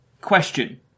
question